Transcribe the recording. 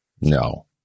No